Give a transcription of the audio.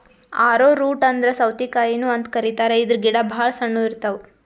ಆರೊ root ಅಂದ್ರ ಸೌತಿಕಾಯಿನು ಅಂತ್ ಕರಿತಾರ್ ಇದ್ರ್ ಗಿಡ ಭಾಳ್ ಸಣ್ಣು ಇರ್ತವ್